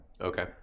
Okay